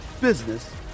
business